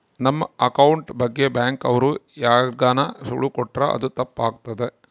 ನಮ್ ಅಕೌಂಟ್ ಬಗ್ಗೆ ಬ್ಯಾಂಕ್ ಅವ್ರು ಯಾರ್ಗಾನ ಸುಳಿವು ಕೊಟ್ರ ಅದು ತಪ್ ಆಗ್ತದ